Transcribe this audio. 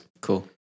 Cool